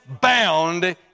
bound